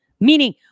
meaning